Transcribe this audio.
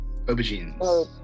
aubergines